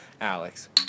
Alex